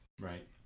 Right